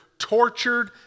tortured